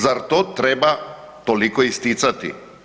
Zar to treba toliko isticati?